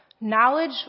knowledge